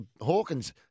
Hawkins